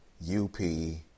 U-P